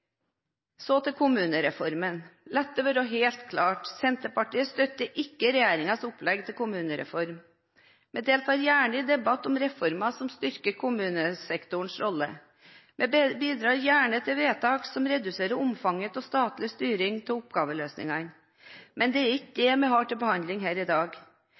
Så til kommunereformen, og la det være helt klart: Senterpartiet støtter ikke regjeringens opplegg til kommunereform, men deltar gjerne i en debatt om reformer som styrker kommunesektorens rolle. Vi bidrar gjerne til vedtak som reduserer omfanget av statlig styring av oppgaveløsningene. Men det er ikke det vi har til behandling her i dag.